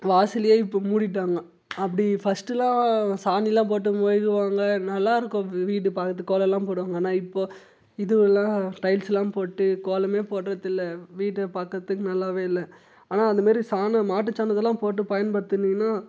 வாசலேயே இப்போ மூடிட்டாங்க அப்படி ஃபஸ்ட்டுலாம் சானியெலாம் போட்டு மொழுகுவாங்க நல்லாயிருக்கும் வீடு பார்க்கறதுக்கு கோலம்லாம் போடுவாங்க ஆனால் இப்போ இதுவெலாம் டைல்ஸுலாம் போட்டு கோலம் போடுறதில்ல வீடே பார்க்கறத்துக்கு நல்லாவே இல்லை ஆனால் அந்த மாதிரி சானம் மாட்டு சானத்தெலாம் போட்டு பயன்படுத்தினிங்ன்னா